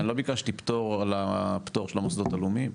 אני לא ביקשתי פטור על הפטור של המוסדות הלאומיים,